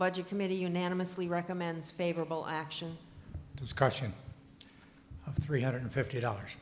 budget committee unanimously recommends favorable action discussion three hundred fifty dollars